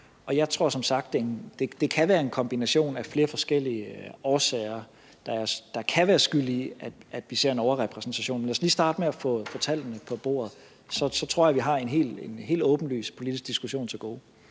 Jeg tror som sagt, det kan være en kombination af flere forskellige årsager, der kan være skyld i, at vi ser en overrepræsentation. Men lad os lige starte med at få tallene på bordet, og så tror jeg, at vi har en helt åbenlys politisk diskussion til gode.